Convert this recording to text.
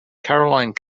caroline